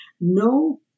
no